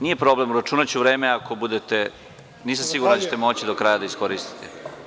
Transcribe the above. Nije problem uračunaću vreme ako bude potrebe, nisam siguran da ćete moći do kraja da iskoristite.